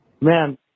Man